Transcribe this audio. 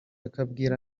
akabwira